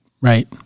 Right